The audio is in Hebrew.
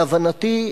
להבנתי,